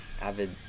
avid